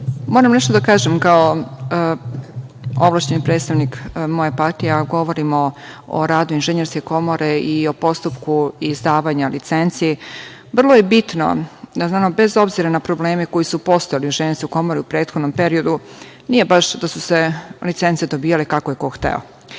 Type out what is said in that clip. nešto da kažem kao ovlašćeni predstavnik moje partije, a govorim o radu Inženjerske komore i o postupku izdavanja licenci. Vrlo je bitno, bez obzira na probleme koji su postojali u Inženjerskoj komori u prethodnom periodu, nije baš da su se licence dobijale kako je ko hteo. Ja